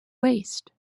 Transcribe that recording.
waste